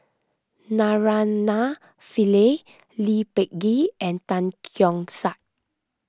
Naraina Pillai Lee Peh Gee and Tan Keong Saik